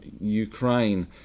Ukraine